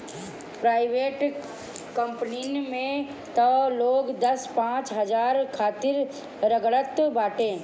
private कंपनीन में तअ लोग दस पांच हजार खातिर रगड़त बाटे